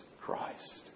Christ